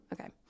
Okay